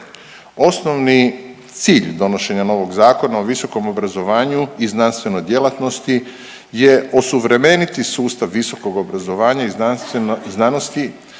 Osnovni cilj donošenja novog Zakona o visokom obrazovanju i znanstvenoj djelatnosti je osuvremeniti sustav visokog obrazovanja i znanosti,